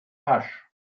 pasch